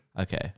Okay